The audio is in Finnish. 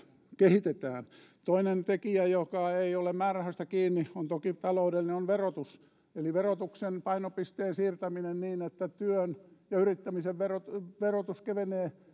kehitetään toinen tekijä taloudelle joka ei ole määrärahoista kiinni on toki verotus eli verotuksen painopisteen siirtäminen niin että työn ja yrittämisen verotus verotus kevenee